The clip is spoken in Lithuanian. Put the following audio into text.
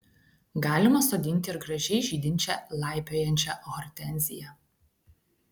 galima sodinti ir gražiai žydinčią laipiojančią hortenziją